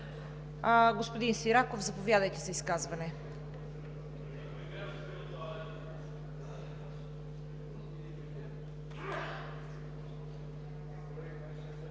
Господин Сираков, заповядайте за изказване.